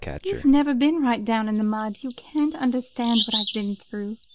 you've never been right down in the mud. you can't understand what i've been through.